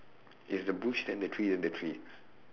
it's the bush then the tree then the tree